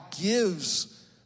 gives